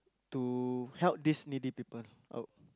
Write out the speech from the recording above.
to help this needy people out